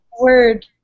Word